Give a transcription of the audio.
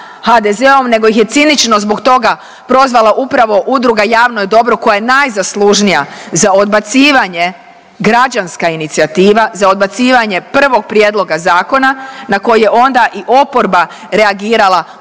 HDZ-om nego ih je cinično zbog toga prozvala upravo Udruga Javno je dobro koja je najzaslužnija za odbacivanje, građanska inicijativa, za odbacivanje prvog prijedloga zakona na koji je onda i oporba reagirala ujedinjenom